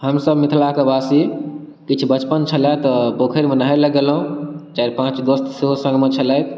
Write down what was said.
हमसब मिथिलाके वासी किछु बचपन छलै तऽ पोखरिमे नहाइलए गेलहुँ चारि पाँच दोस्त सेहो सङ्गमे छलथि